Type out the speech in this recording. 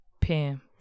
Pam